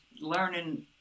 learning